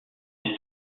des